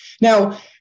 Now